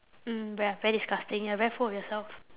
mm ve~ very disgusting you are very full of yourself